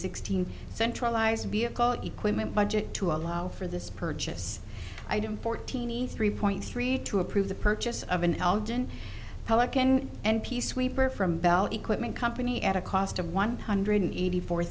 sixteen centralised vehicle equipment budget to allow for this purchase item fourteen e three point three to approve the purchase of an elton pelican and peace weeper from bell equipment company at a cost of one hundred eighty four